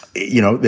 you know,